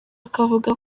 akavuga